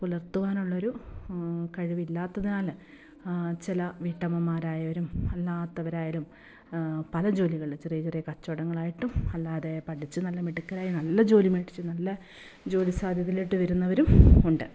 പുലർത്തുവാനുള്ളൊരു കഴിവില്ലാത്തതിനാൽ ചില വീട്ടമ്മമാരായവരും അല്ലാത്തവരായാലും പല ജോലികളിലും ചെറിയ ചെറിയ കച്ചവടങ്ങളായിട്ടും അല്ലാതെ പഠിച്ച് നല്ല മിടുക്കരായി നല്ല ജോലി മേടിച്ച് നല്ല ജോലി സാധ്യതയിലോട്ട് വരുന്നവരും ഉണ്ട്